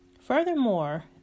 Furthermore